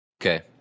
Okay